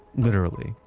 literally.